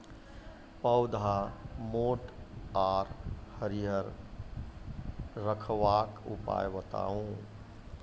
पौधा मोट आर हरियर रखबाक उपाय बताऊ?